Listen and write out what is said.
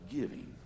giving